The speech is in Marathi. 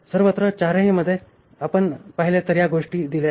सर्वत्र चारही मध्ये जर आपण पाहिले तर या गोष्टी येथे दिल्या आहेत